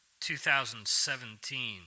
2017